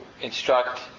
instruct